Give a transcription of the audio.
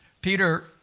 Peter